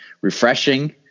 refreshing